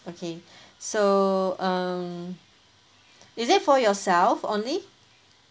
okay so err is it for yourself only